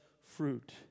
fruit